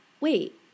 wait